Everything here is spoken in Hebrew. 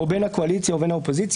או בין הקואליציה ובין האופוזיציה,